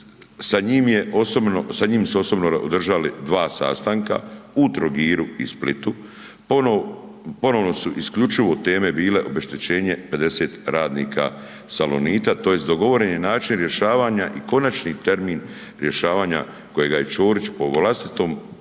sa njim su osobno održali 2 sastanka u Trogiru i Splitu, ponovno su isključivo teme bile obeštećenje 50 radnika Salonita, tj. dogovoren je način rješavanja i konačni termin rješavanja kojega je Čorić po vlastitom prijedlogu